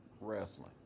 wrestling